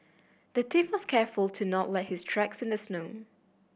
the thief was careful to not let his tracks in the snow